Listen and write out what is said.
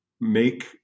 make